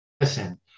listen